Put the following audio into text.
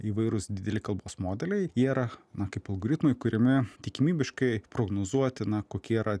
įvairūs dideli kalbos modeliai jie yra na kaip algoritmai kuriami tikimybiškai prognozuoti na kokie yra